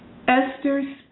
Esther